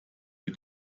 wir